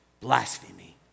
blasphemy